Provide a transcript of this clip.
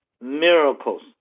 miracles